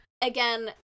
Again